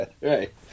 Right